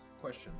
question